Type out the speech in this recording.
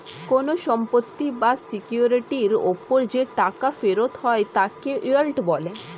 কোন সম্পত্তি বা সিকিউরিটির উপর যে টাকা ফেরত হয় তাকে ইয়েল্ড বলে